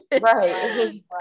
Right